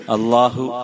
Allahu